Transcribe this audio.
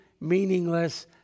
meaningless